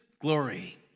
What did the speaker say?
glory